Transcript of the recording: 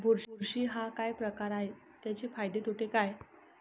बुरशी हा काय प्रकार आहे, त्याचे फायदे तोटे काय?